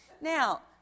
Now